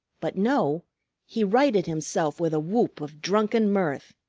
but no he righted himself with a whoop of drunken mirth.